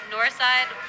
Northside